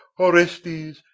orestes,